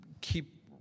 keep